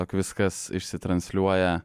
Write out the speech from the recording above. jog viskas išsitransliuoja